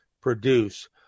produce